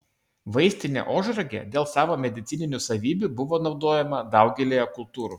vaistinė ožragė dėl savo medicininių savybių buvo naudojama daugelyje kultūrų